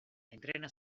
entrena